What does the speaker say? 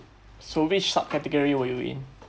so which subcategory were you in